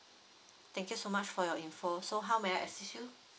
thank you so much for your info so how may I assist you